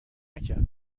نکرد